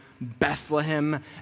Bethlehem